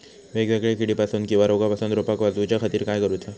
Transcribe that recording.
वेगवेगल्या किडीपासून किवा रोगापासून रोपाक वाचउच्या खातीर काय करूचा?